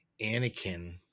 Anakin